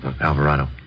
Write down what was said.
Alvarado